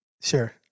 Sure